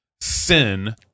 sin